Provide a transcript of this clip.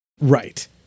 right